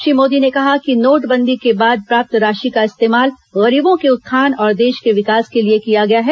श्री मोदी ने कहा कि नोटबंदी के बाद प्राप्त राशि का इस्तेमाल गरीबों के उत्थान और देश के विकास के लिए किया गया है